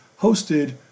hosted